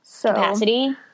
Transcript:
capacity